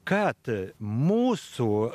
kad mūsų